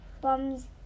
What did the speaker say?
bombs